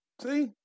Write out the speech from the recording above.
See